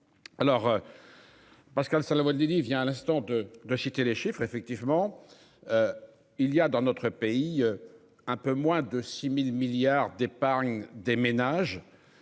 Alors. Pascal Salomon Denis vient à l'instant de de citer les chiffres effectivement. Il y a dans notre pays. Un peu moins de 6000 milliards d'épargne des ménages.